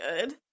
good